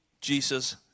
Jesus